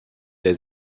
der